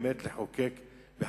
באמת לחוקק בחקיקה,